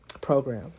program